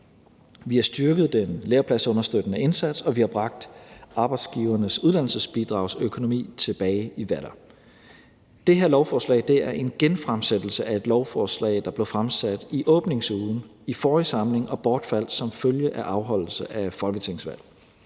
vi har styrket den lærepladsunderstøttende indsats; og vi har bragt Arbejdsgivernes Uddannelsesbidrags økonomi tilbage i vater. Det her lovforslag er en genfremsættelse af et lovforslag, der blev fremsat i åbningsugen i forrige samling og bortfaldt som følge af afholdelse af folketingsvalg.